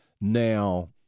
Now